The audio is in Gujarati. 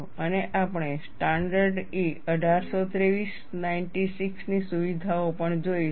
અને આપણે સ્ટાન્ડર્ડ E 1823 96 ની સુવિધાઓ પણ જોઈશું